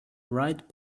ride